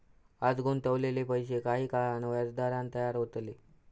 आज गुंतवलेले पैशे काही काळान व्याजदरान तयार होतले